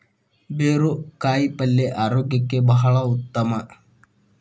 ಬೇರು ಕಾಯಿಪಲ್ಯ ಆರೋಗ್ಯಕ್ಕೆ ಬಹಳ ಉತ್ತಮ